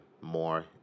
more